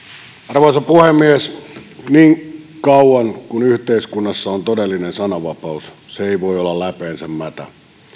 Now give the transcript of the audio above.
arvoisa puhemies niin kauan kuin yhteiskunnassa on todellinen sananvapaus se ei voi olla läpeensä mätä